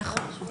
נכון.